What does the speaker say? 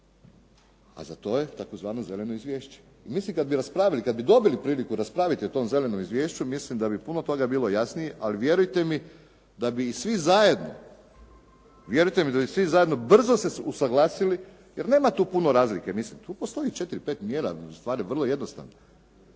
A za to je tzv. zeleno izvješće. I mislim kad bi raspravili, kad bi dobili priliku raspraviti o tom zelenom izvješću mislim da bi puno toga bilo jasnije, ali vjerujte mi da bi i svi zajedno, vjerujte bi da bi svi zajedno brzo se usaglasili jer nema tu puno razlike. Tu postoji 4, 5 mjera, stvar je vrlo jednostavna.